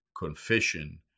Confession